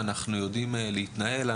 אנחנו יודעים להתנהל,